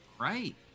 right